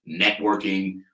Networking